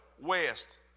west